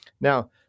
Now